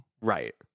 Right